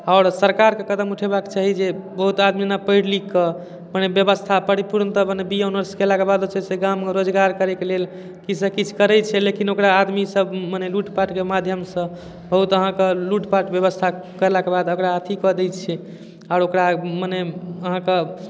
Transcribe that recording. आओर सरकारके कदम उठेबाक चाही जे बहुत आदमी जेना पढ़ि लिखिके मने व्यवस्था परिपूर्णतः मने बी ए ऑनर्स कयलाके बाद जे छै से गाँवमे रोजगार करैके लेल किछुसँ किछु करै छै लेकिन ओकरा आदमी सब मने लूटपाटके माध्यमसँ बहुत अहाँके लूटपाट व्यवस्था कयलाके बाद ओकरा अथी कऽ दै छै आओर ओकरा मने अहाँके